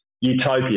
utopia